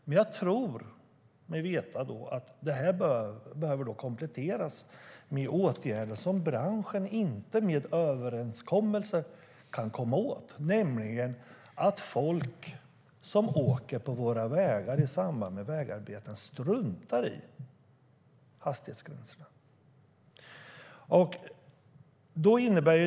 Men jag tror mig veta att det behöver kompletteras med åtgärder som branschen inte kan komma åt genom överenskommelser, nämligen att folk som åker på våra vägar i samband med vägarbeten struntar i hastighetsgränserna.